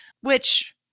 which-